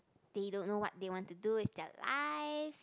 they don't know what they want to do with their lives